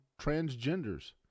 transgenders